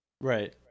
Right